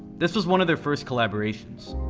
this was one of their first collaborations.